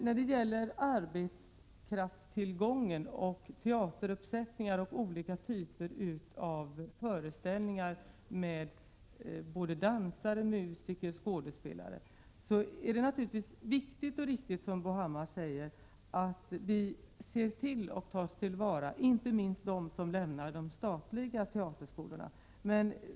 När det gäller arbetskraftstillgången och olika typer av teateruppsättningar med dansare, musiker och skådespelare är det naturligtvis både viktigt och riktigt som Bo Hammar säger, att vi verkligen måste se till att ta till vara dem som lämnar de statliga teaterskolorna.